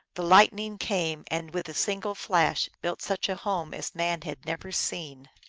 the lightning came, and with a single flash built such a home as man had never seen.